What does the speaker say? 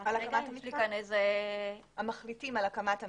על הקמת המיתקן,